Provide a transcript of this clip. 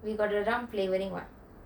we've got the rum flavouring [what]